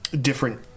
different